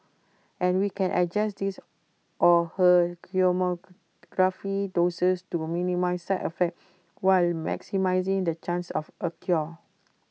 and we can adjust his or her chemotherapy doses to minimise side effects while maximising the chance of A cure